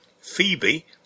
Phoebe